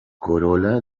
corola